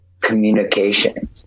communication